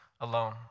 alone